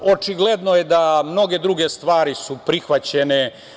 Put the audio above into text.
Očigledno je da mnoge druge stvari su prihvaćene.